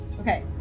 Okay